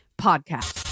Podcast